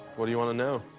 what do you want to know?